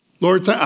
Lord